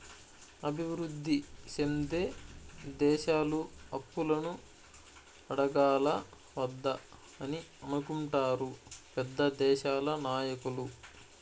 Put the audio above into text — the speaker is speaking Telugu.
అభివృద్ధి సెందే దేశాలు అప్పులను అడగాలా వద్దా అని అనుకుంటారు పెద్ద దేశాల నాయకులు